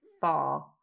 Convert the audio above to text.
far